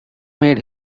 made